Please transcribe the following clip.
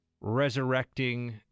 resurrecting